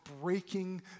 breaking